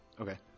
Okay